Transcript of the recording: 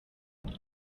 myaka